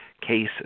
cases